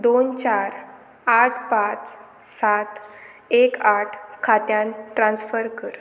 दोन चार आठ पांच सात एक आठ खात्यांत ट्रान्स्फर कर